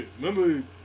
remember